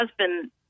husband